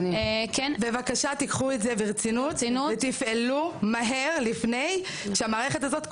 בבקשה תיקחו את זה ברצינות ותפעלו מהר לפני שהמערכת הזאת קורסת,